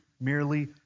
merely